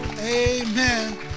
Amen